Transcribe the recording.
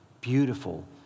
beautiful